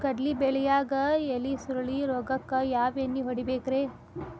ಕಡ್ಲಿ ಬೆಳಿಯಾಗ ಎಲಿ ಸುರುಳಿ ರೋಗಕ್ಕ ಯಾವ ಎಣ್ಣಿ ಹೊಡಿಬೇಕ್ರೇ?